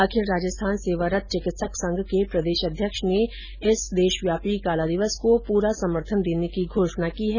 अखिल राजस्थान सेवारत चिकित्सक संघ के प्रदेश अध्यक्ष ने इस देशव्यापी काला दिवस को पूरा समर्थन देने की घोषणा की है